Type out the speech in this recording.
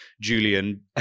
Julian